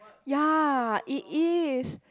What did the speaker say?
ya it is